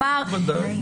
בוודאי.